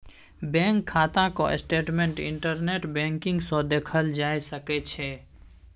bank खाताक statement internet banking सँ देखल जा सकै छै